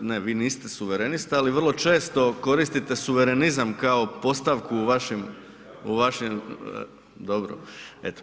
ne vi niste suverenist ali vrlo često koristite suverenizam kao postavku u vašim, u vašim, dobro, eto.